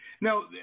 Now